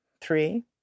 three